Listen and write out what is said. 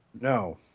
No